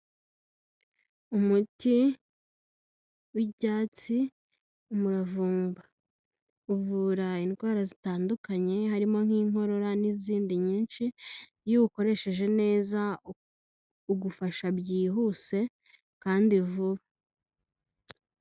Umuti w'ibyatsi, umuravumba, uvura indwara zitandukanye harimo nk'inkorora n'izindi nyinshi, iyo ukoresheje neza ugufasha byihuse kandi vuba.